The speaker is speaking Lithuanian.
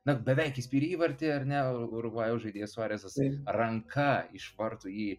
na beveik įspyrė įvartį ar ne o urugvajaus žaidėjas suarezas ranka iš vartų jį